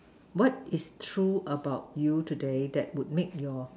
what is true about you today that would make your